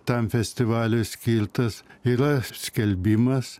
tam festivaliui skirtas yra skelbimas